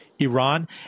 Iran